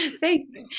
thanks